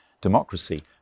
democracy